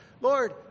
Lord